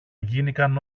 γίνηκαν